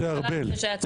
משה ארבל,